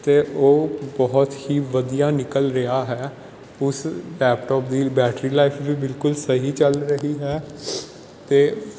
ਅਤੇ ਉਹ ਬਹੁਤ ਹੀ ਵਧੀਆ ਨਿਕਲ ਰਿਹਾ ਹੈ ਉਸ ਲੈਪਟੋਪ ਦੀ ਬੈਟਰੀ ਲਾਈਫ ਵੀ ਬਿਲਕੁਲ ਸਹੀ ਚੱਲ ਰਹੀ ਹੈ ਅਤੇ